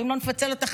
ואם לא נפצל אותך,